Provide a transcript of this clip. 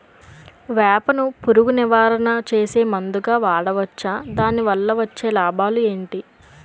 వేప ను పురుగు నివారణ చేసే మందుగా వాడవచ్చా? దాని వల్ల వచ్చే లాభాలు ఏంటి?